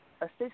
assist